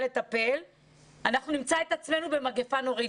אנחנו נמצא את עצמנו במגיפה נוראית,